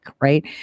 right